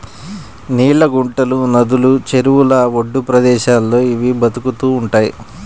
నీళ్ళ గుంటలు, నదులు, చెరువుల ఒడ్డు ప్రదేశాల్లో ఇవి బతుకుతూ ఉంటయ్